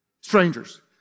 Strangers